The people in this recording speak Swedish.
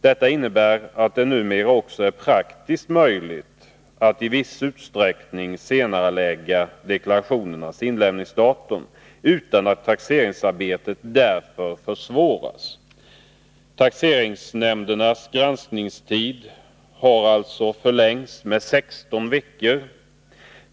Detta innebär att det numera också är praktiskt möjligt att i viss utsträckning senarelägga deklarationernas inlämningsdatum utan att taxeringsarbetet därför försvåras. Taxeringsnämndernas granskningstid har alltså förlängts med 16 veckor.